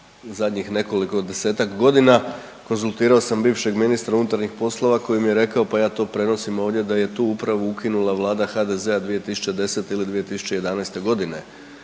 zadnjih nekoliko, desetak godina. Konzultirao sam bivšeg ministra unutarnjih poslova koji mi je rekao pa ja to prenosim ovdje da je tu upravu ukinula Vlada HDZ-a 2012. ili 2011. godine,